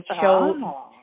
show